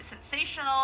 sensational